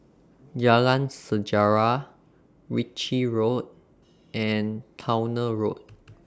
Jalan Sejarah Ritchie Road and Towner Road